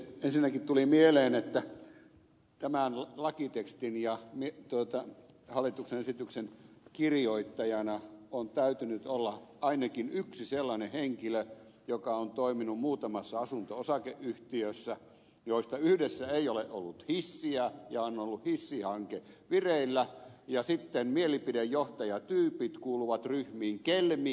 ensinnäkin tuli mieleen että tämän lakitekstin ja hallituksen esityksen kirjoittajana on täytynyt olla ainakin yksi sellainen henkilö joka on toiminut muutamassa asunto osakeyhtiössä joista yhdessä ei ole ollut hissiä ja on ollut hissihanke vireillä ja sitten mielipidejohtajatyypit kuuluvat ryhmiin kelmi ja poirot